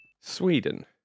Sweden